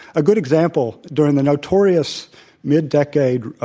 a good example during the notorious mid-decade